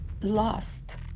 lost